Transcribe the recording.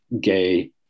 gay